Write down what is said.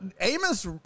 Amos